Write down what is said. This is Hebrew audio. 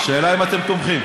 השאלה אם אתם תומכים.